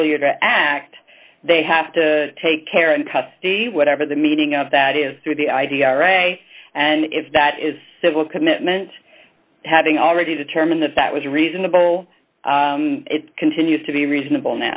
failure to act they have to take care and custody whatever the meaning of that is through the i d r a and if that is civil commitment having already determined that that was reasonable it continues to be reasonable